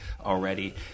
already